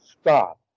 stop